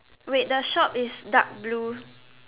wait the shop is dark blue